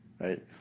Right